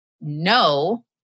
no